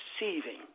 receiving